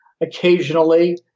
occasionally